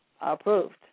approved